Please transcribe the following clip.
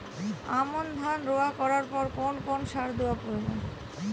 আমন ধান রোয়া করার পর কোন কোন সার দেওয়া প্রয়োজন?